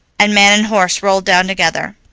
and man and horse rolled down together.